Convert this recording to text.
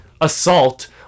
assault